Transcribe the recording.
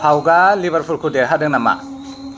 पाउगा लिभारपुलखौ देरहादों नामा